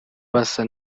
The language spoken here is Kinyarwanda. basa